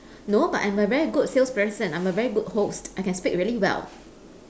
no but I'm a very good salesperson I'm a very good host I can speak really well